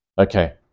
Okay